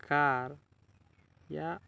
car ୟା